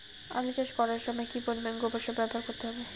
আলু চাষ করার সময় কি পরিমাণ গোবর সার ব্যবহার করতে হবে?